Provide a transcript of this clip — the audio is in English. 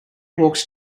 walks